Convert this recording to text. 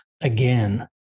again